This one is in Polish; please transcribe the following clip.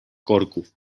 korków